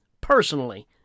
personally